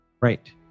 Right